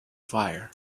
fire